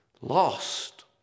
lost